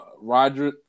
Roger